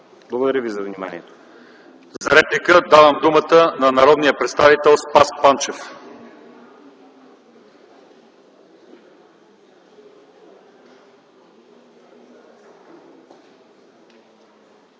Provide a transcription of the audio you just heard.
Благодаря ви за вниманието.